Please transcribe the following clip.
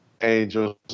angels